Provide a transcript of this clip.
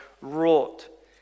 wrought